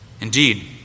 Indeed